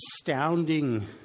astounding